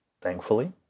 thankfully